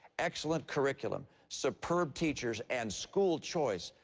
excellent curriculum, superb teachers, and school choice,